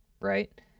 right